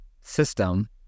system